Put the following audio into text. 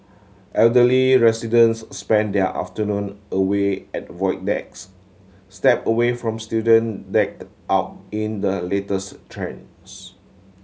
elderly residents spend their afternoon away at void decks step away from student decked out in the latest trends